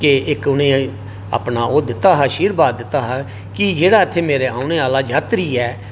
के इक उनें गी अपना ओह् दित्ता हा आशीर्वाद दित्ता हा जेहड़ा मेरे इत्थै औने आह्ला यात्री ऐ